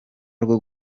rwo